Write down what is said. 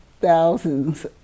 thousands